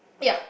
yeah